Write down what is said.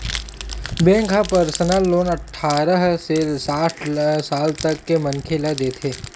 bank ह personal loan अठारह ले साठ साल तक के मनखे ल देथे